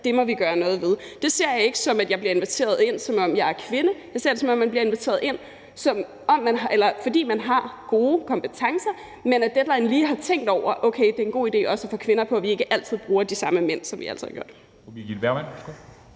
det må vi gøre noget ved. Det ser jeg ikke sådan, at jeg bliver inviteret ind, fordi jeg er kvinde. Jeg ser det sådan, at man bliver inviteret ind, fordi man har gode kompetencer, men at de i Deadline lige har tænkt over, at det er en god idé også at få kvinder ind, så de ikke altid bruger de samme mænd, som de altid har gjort.